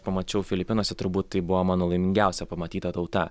pamačiau filipinuose turbūt tai buvo mano laimingiausia pamatyta tauta